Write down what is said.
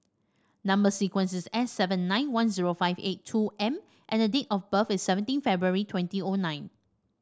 number sequence is S seven nine one zero five eight two M and the date of birth is seventeen February twenty O nine